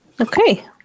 Okay